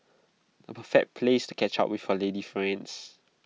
A perfect place to catch up with your lady friends